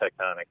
tectonic